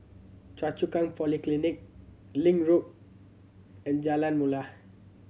Choa Chu Kang Polyclinic Link Road and Jalan Mulia